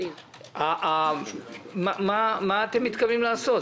מה אתם מתכוונים לעשות?